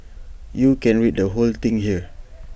you can read the whole thing here